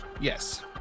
yes